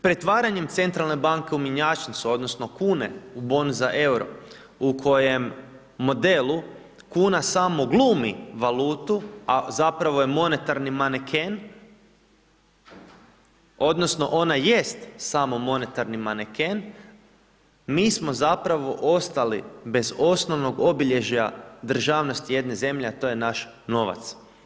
Pretvaranjem centralne banke u mjenjačnicu odnosno kune u bon za EUR-o u kojem modelu kuna samo glumi valutu, a zapravo je monetarni maneken odnosno ona jest samo monetarni maneken, mi smo zapravo ostali bez osnovnog obilježja državnosti jedne zemlje, a to je naš novac.